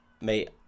mate